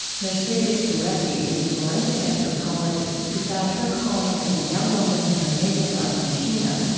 mercedes doretti is a forensic anthropologist who found her calling as a young woman in her native argentina,